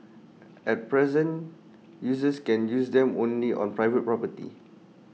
at present users can use them only on private property